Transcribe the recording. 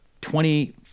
twenty